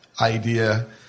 idea